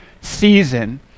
season